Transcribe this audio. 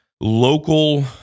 local